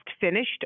finished